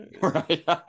Right